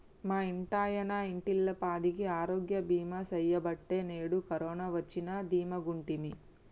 మా ఇంటాయన ఇంటిల్లపాదికి ఆరోగ్య బీమా సెయ్యబట్టే నేడు కరోన వచ్చినా దీమాగుంటిమి